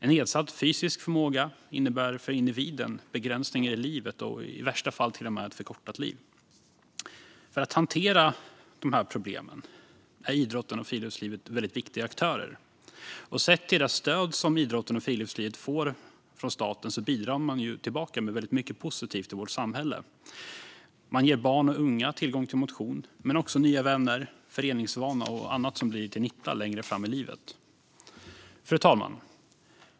En nedsatt fysisk förmåga innebär för individen begränsningar i livet och i värsta fall till och med ett förkortat liv. För att hantera dessa problem är idrotten och friluftslivet väldigt viktiga aktörer. Sett till det stöd som idrotten och friluftslivet får från staten bidrar de med mycket positivt till samhället. De ger barn och unga tillgång till motion men också nya vänner och en föreningsvana som blir till nytta längre fram i livet. Fru talman!